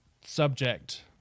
subject